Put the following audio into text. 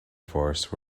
force